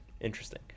interesting